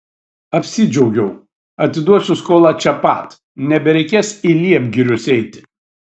apsidžiaugiau atiduosiu skolą čia pat nebereikės į liepgirius eiti